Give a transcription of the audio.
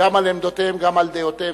גם על עמדותיהם וגם על דעותיהם,